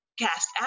cast